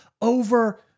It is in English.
over